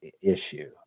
issue